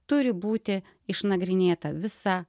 turi būti išnagrinėta visa